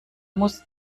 muss